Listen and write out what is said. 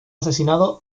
asesinado